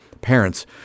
parents